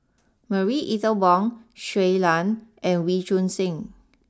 Marie Ethel Bong Shui Lan and Wee Choon Seng